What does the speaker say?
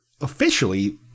officially